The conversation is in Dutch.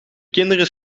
kinderen